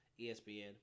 ESPN